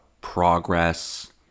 progress